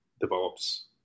develops